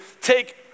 take